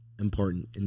important